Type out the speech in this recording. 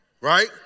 Right